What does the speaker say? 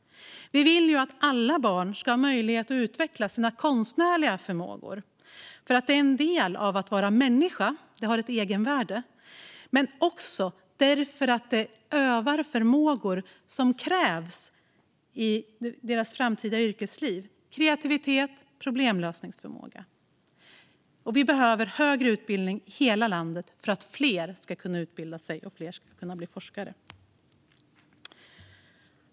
Vi vill att alla barn ska ha möjlighet att utveckla sina konstnärliga förmågor, för det är en del av att vara människa och har ett egenvärde. Dessutom övar det förmågor som krävs i deras framtida yrkesliv: kreativitet och problemlösningsförmåga. Vi behöver också högre utbildning i hela landet för att fler ska kunna utbilda sig och för att fler ska kunna bli forskare.